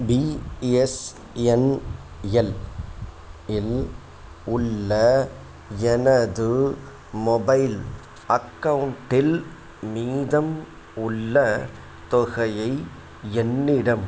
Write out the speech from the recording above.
BSNL இல் உள்ள எனது மொபைல் அக்கௌண்ட்டில் மீதம் உள்ள தொகையை என்னிடம்